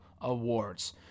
Awards